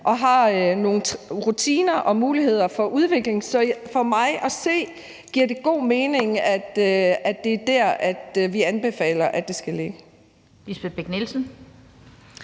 og har nogle rutiner og muligheder for udvikling. Så for mig at se giver det god mening, at det er dér, vi anbefaler det skal ligge.